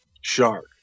shark